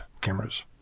cameras